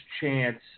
chance